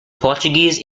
portuguese